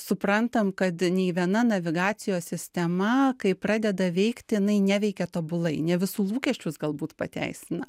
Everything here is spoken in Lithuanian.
suprantam kad nei viena navigacijos sistema kai pradeda veikti jinai neveikia tobulai ne visų lūkesčius galbūt pateisina